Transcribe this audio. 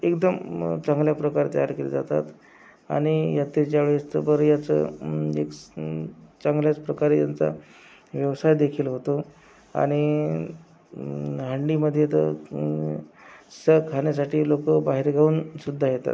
एकदम चांगल्या प्रकारे तयार केले जातात आणि यात्रेच्या वेळेस तर बरं याचं मिक्स चांगल्याच प्रकारे यांचा व्यवसायदेखील होतो आणि हंडीमध्ये तर सं खाण्यासाठी लोकं बाहेरगावाहूनसुद्धा येतात